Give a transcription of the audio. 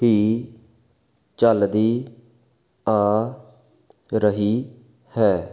ਹੀ ਚੱਲਦੀ ਆ ਰਹੀ ਹੈ